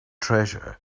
treasure